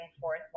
forth